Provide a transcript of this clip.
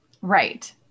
Right